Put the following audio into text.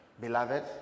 beloved